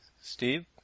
Steve